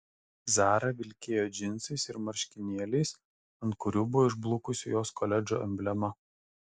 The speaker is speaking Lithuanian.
zara vilkėjo džinsais ir marškinėliais ant kurių buvo išblukusi jos koledžo emblema